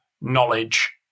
knowledge